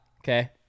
Okay